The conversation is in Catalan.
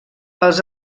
els